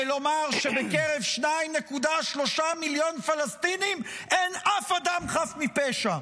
ולומר שבקרב 2.3 מיליון פלסטינים אין אף אדם חף מפשע.